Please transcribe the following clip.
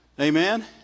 Amen